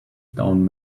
down